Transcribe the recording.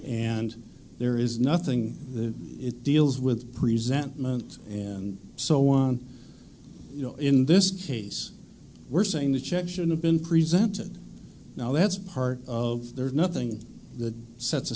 and there is nothing to it deals with presentment and so on you know in this case we're saying the check should have been presented no that's part of there's nothing that sets a